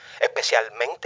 especialmente